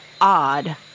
odd